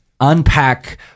unpack